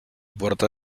puerta